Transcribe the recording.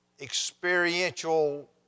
experiential